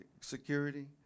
Security